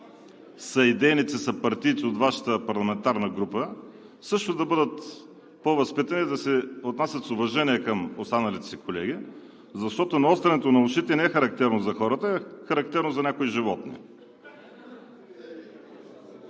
съидейници, съпартийци от Вашата парламентарна група също да бъдат по-възпитани и да се отнасят с уважение към останалите си колеги, защото наострянето на ушите не е характерно за хората, а е характерно за някои животни.